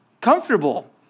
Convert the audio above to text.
comfortable